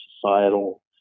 societal